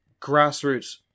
grassroots